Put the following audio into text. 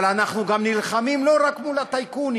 אבל אנחנו גם נלחמים לא רק מול הטייקונים,